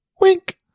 Wink